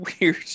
weird